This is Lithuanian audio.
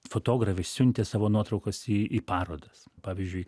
fotografai siuntė savo nuotraukas į į parodas pavyzdžiui